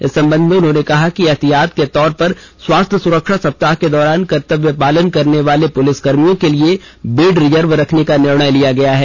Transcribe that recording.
इस संबंध में उन्होंने कहा कि एहतियात के तौर पर स्वास्थ्य सुरक्षा सप्ताह के दौरान कर्तव्यपालन करने वाले पुलिस कर्मियों के लिए बेड रिजर्व रखने का निर्णय लिया गया है